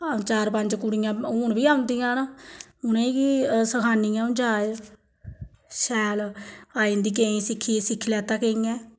चार पंज कुड़ियां हून बी आंदियां न उ'नें गी सखानी आं जाह्च शैल आई जंदी केईं सिक्खी सिक्खी लैता केइयें